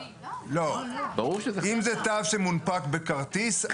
אם זה תו שמונפק בכרטיס,